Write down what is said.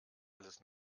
alles